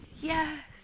yes